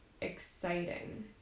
exciting